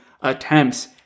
attempts